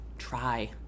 Try